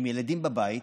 עם ילדים בבית,